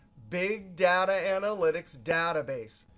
big data analytics database.